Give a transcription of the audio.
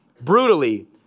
brutally